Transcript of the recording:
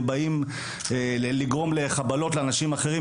ובאים לגרום לחבלות לאנשים אחרים.